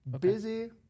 Busy